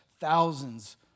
thousands